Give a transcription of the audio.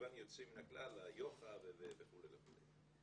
מגוון יוצא מן הכלל יוח"א וכו' וכו'.